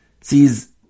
sees